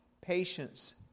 patience